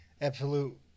absolute